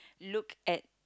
look at